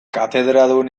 katedradun